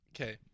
Okay